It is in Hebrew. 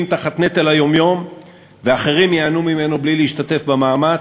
תחת נטל היום-יום ואחרים ייהנו ממנו בלי להשתתף במאמץ,